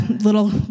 little